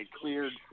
cleared